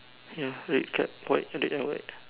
ya red cap white they are white